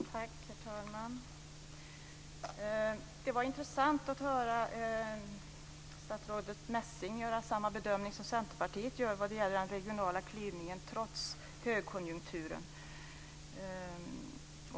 Herr talman! Det var intressant att höra statsrådet Messing göra samma bedömning som Centerpartiet vad gäller den regionala klyvningen trots högkonjunkturen.